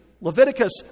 Leviticus